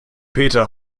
peter